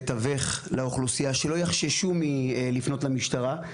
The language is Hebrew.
תיווך לאוכלוסייה שלא יחששו מלפנות למשטרה,